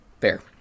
Fair